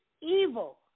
evil